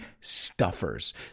stuffers